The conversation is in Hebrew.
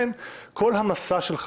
כל הניסיון שלך